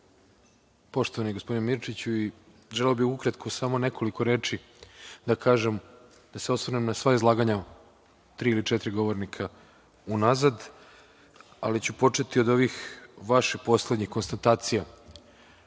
poštovani gospodine Mirčiću, želeo bih ukratko samo nekoliko reči da kažem, da se osvrnem na sva izlaganja tri ili četiri govornika unazad, ali ću početi od ovih vaših poslednjih konstatacija. Naša